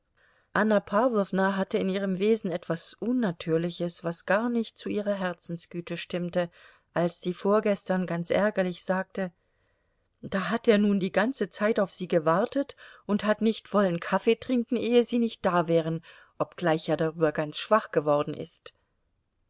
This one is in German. anna pawlowna hatte in ihrem wesen etwas unnatürliches was gar nicht zu ihrer herzensgüte stimmte als sie vorgestern ganz ärgerlich sagte da hat er nun die ganze zeit auf sie gewartet und hat nicht wollen kaffee trinken ehe sie nicht da wären obgleich er darüber ganz schwach geworden ist